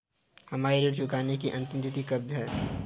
हमारी ऋण चुकाने की अंतिम तिथि कब है?